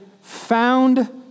found